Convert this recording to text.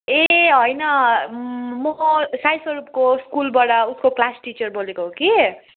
ए होइन म त साईस्वरूपको स्कुलबाट उसको क्लास टिचर बोलेको हो कि